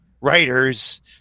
writers